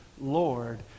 Lord